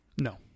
No